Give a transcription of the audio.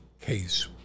Case